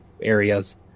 areas